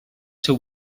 ser